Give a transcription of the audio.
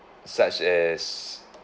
such as